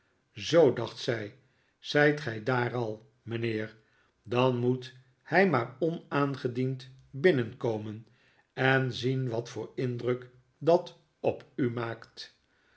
zoo dacht zij zijt gij daar al mijnheer dan moet hij maar onaangediend binnenkomen en zien wat voor indruk dat op u maakt